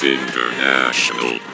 international